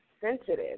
sensitive